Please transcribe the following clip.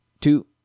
Two